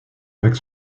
avec